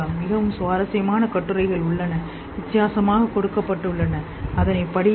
மிகவும் சுவாரஸ்யமான கட்டுரைகள் உள்ளன வித்தியாசம் கொடுக்கப்பட்டுள்ளது அதன் வழியாக செல்லுங்கள்